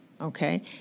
okay